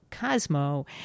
Cosmo